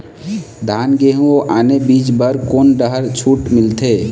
धान गेहूं अऊ आने बीज बर कोन डहर छूट मिलथे?